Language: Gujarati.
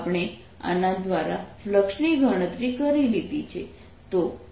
આપણે આના દ્વારા ફ્લક્સની ગણતરી કરી લીધી છે